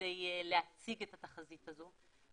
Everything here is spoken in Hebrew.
כדי להציג את התחזית הזו,